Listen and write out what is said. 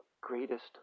greatest